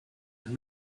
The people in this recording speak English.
and